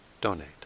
donate